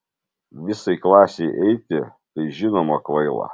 visai klasei eiti tai žinoma kvaila